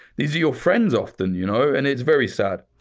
these are your friends often, you know, and it's very sad.